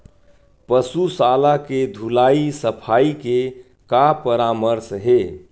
पशु शाला के धुलाई सफाई के का परामर्श हे?